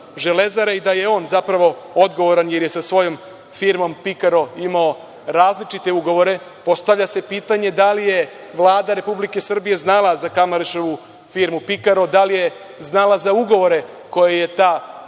i da je on zapravo odgovoran jer je sa svojom firmom „Pikaro“ imao različite ugovore. Postavlja se pitanje da li je Vlada Republike Srbije znala za Kamaraševu firmu „Pikaro“, da li je znala za ugovore koje je ta firma